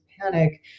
panic